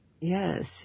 Yes